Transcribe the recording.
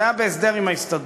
זה היה בהסדר עם ההסתדרות.